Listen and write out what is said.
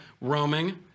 Roaming